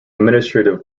administrative